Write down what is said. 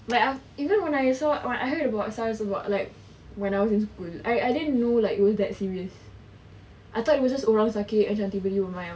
like I even when I saw when I heard about SARS about like when I was in school I I didn't know like it was that serious I thought it was just orang sakit tiba-tiba